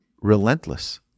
Relentless